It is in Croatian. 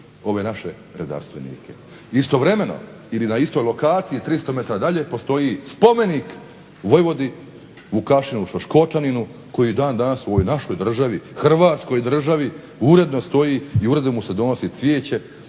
ove naše redarstvenike. Istovremeno ili na istoj lokaciji 300m dalje postoji spomenik vojvodi Vukašinu Šoškočaninu koji i dan danas u ovoj našoj državi Hrvatskoj državi uredno stoji i uredno mu se donosi cvijeće